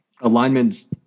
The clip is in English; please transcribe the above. alignment's